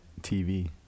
TV